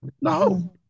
no